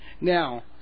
Now